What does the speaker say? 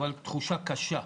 אבל תחושה קשה,